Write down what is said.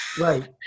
Right